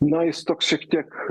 na jis toks šiek tiek